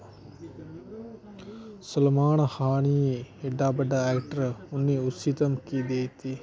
सलमान खान ई एड्डा बड्डा एक्टर उ'न्ने उसी धमकी देई दित्ती